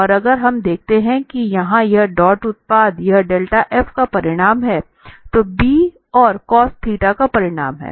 और अगर हम देखते हैं कि यहां यह डॉट उत्पाद इस डेल्टा f का परिमाण है b और cos θ का परिमाण है